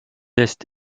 est